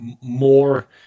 more